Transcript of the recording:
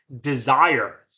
desire